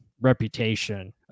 reputation